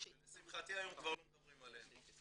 שלשמחתי היום כבר לא מדברים עלינו.